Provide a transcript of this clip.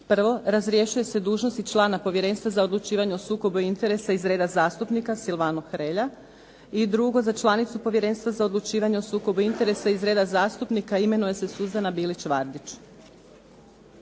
Prvo, razrješuje se dužnosti člana Povjerenstva za odlučivanje o sukobu interesa iz reda zastupnika Silvano Hrelja. Drugo, za članicu Povjerenstva za odlučivanje o sukobu interesa iz reda zastupnika imenuje se Suzana Bilić Vardić.